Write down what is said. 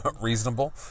Reasonable